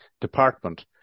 department